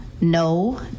No